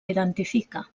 identifica